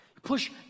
Push